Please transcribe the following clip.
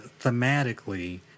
thematically